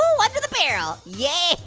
like the barrel. yeah